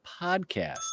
podcast